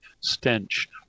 stench